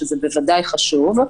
שזה בוודאי חשוב,